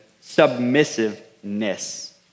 submissiveness